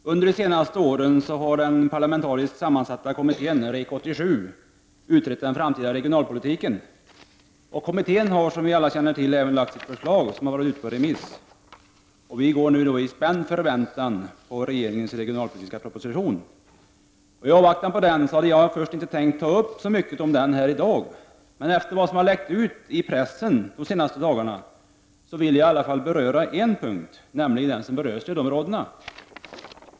Fru talman! Under de senaste åren har den parlamentariskt sammansatta kommittén REK 87 utrett den framtida regionalpolitiken. Kommittén har som vi alla känner till även lagt fram sitt förslag, som nu varit ute på remiss. Vi går i spänd förväntan på regeringens regionalpolitiska proposition. I avvaktan på denna hade jag först inte tänkt att ta upp så mycket om den här i dag. Men efter vad som har läckt ut i pressen under de senaste dagarna vill jag i varje fall beröra en punkt, nämligen den som berör stödområdena.